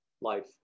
life